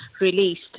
released